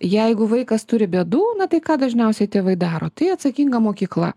jeigu vaikas turi bėdų na tai ką dažniausiai tėvai daro tai atsakinga mokykla